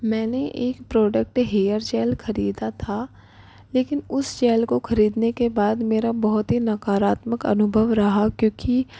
मैंने एक product hair gel खरीदा था लेकिन उस जेल को खरीदने के बाद मेरा बहुत ही नकारात्मक अनुभव रहा क्योंकि